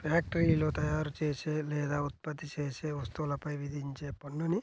ఫ్యాక్టరీలో తయారుచేసే లేదా ఉత్పత్తి చేసే వస్తువులపై విధించే పన్నుని